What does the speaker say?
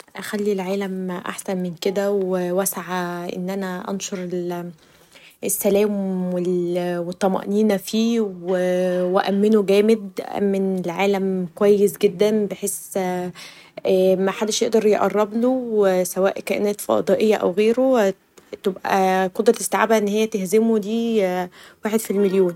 اخلي العالم احسن من كدا و اعسي ان أنا انشر السلام و الطمأنينة فيه و آمنه جامد .آمن العالم كويس جداً ، بحيث محدش يقدر يقربلو ، سواء كائنات فضائيه او غيره تبقي قدره استيعابها انها تهزمه دا واحد في المليون.